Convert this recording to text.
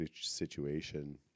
situation